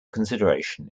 consideration